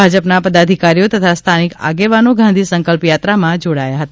ભાજપના પદાધિકારીઓ તથા સ્થાનિક આગેવોનો ગાંધી સંકલ્પયાત્રામાં જોડાયા હતા